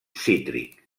cítric